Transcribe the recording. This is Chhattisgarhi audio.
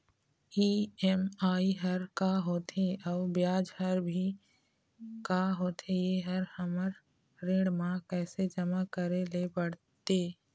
ई.एम.आई हर का होथे अऊ ब्याज हर भी का होथे ये हर हमर ऋण मा कैसे जमा करे ले पड़ते?